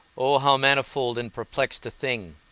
o how manifold and perplexed a thing,